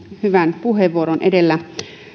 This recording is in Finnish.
hyvän puheenvuoron edellä